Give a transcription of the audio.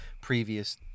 previous